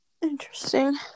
Interesting